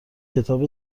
کتاب